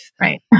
right